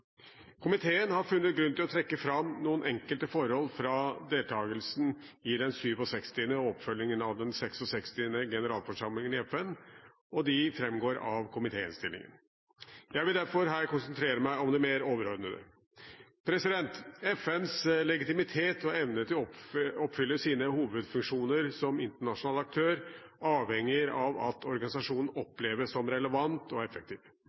Komiteen har funnet grunn til å trekke fram noen enkelte forhold fra deltagelsen i den 67. og oppfølgingen av den 66. generalforsamlingen i FN, og de fremgår av komitéinnstillingen. Jeg vil derfor her konsentrere meg om det mer overordnede. FNs legitimitet og evne til å oppfylle sine hovedfunksjoner som internasjonal aktør avhenger av at organisasjonen oppleves som relevant og effektiv.